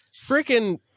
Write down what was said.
freaking